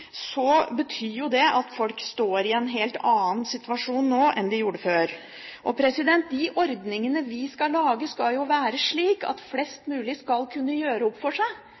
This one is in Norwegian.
betyr jo det at folk står i en helt annen situasjon nå enn de gjorde før. Ordningene vi skal lage, skal jo være slik at flest mulig skal kunne gjøre opp for seg.